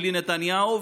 בלי נתניהו,